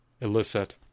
elicit